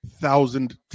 thousand